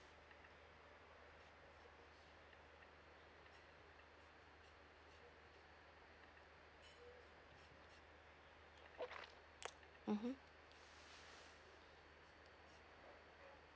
mmhmm